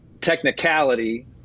technicality